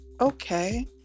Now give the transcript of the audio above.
Okay